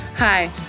Hi